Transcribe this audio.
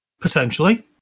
Potentially